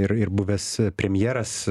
ir ir buvęs premjeras